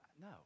No